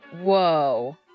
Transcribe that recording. Whoa